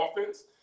offense